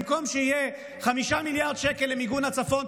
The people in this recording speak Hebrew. במקום שיהיו 5 מיליארד שקל למיגון הצפון,